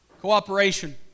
Cooperation